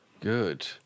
Good